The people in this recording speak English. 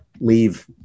leave